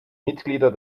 mitglieder